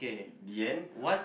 the end